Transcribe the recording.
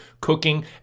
cooking